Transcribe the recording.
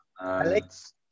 Alex